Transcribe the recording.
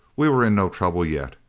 we were in no trouble yet.